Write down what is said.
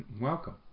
Welcome